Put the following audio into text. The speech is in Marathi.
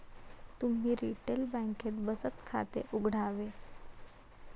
तुम्ही रिटेल बँकेत बचत खाते उघडावे